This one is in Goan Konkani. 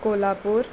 कोल्हापूर